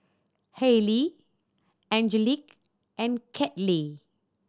Halie Angelic and Kathey